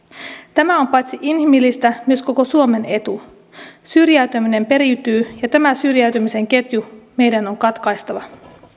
tämä on paitsi inhimillistä myös koko suomen etu syrjäytyminen periytyy ja tämä syrjäytymisen ketju meidän on katkaistava